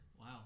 Wow